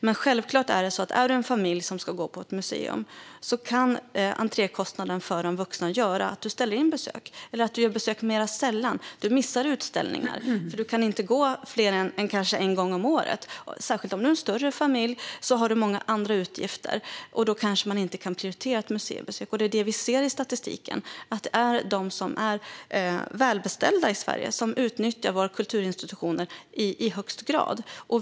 Men självklart är det så här när det gäller en familj som ska gå på ett museum: Entrékostnaden för de vuxna kan göra att man ställer in besök eller att man gör besök mer sällan. Man missar utställningar, för man kan kanske inte gå mer än en gång om året. Särskilt om man har en större familj har man många andra utgifter, och då kanske man inte kan prioritera ett museibesök. Det är det vi ser i statistiken. Det är de välbeställda i Sverige som utnyttjar våra kulturinstitutioner i högst grad.